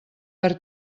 per